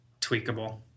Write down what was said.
tweakable